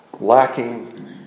lacking